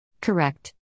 Correct